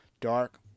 Dark